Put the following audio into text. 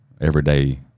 everyday